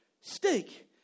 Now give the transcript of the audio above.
steak